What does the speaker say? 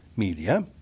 media